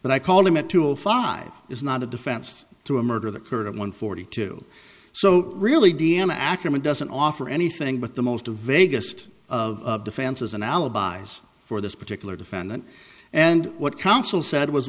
but i call him a tool five is not a defense to a murder the current one forty two so really deanna ackerman doesn't offer anything but the most of vegas of defenses and alibis for this particular defendant and what counsel said was